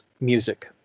music